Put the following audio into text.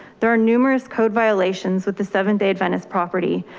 there are numerous code violations with the seventh day adventist property.